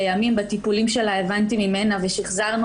לימים בטיפולים שלה הבנתי ממנה ושחזרנו